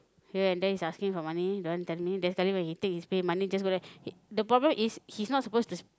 here and there he's asking for money don't want tell me then suddenly when he take his pay money just go there the problem is he's not suppose to s~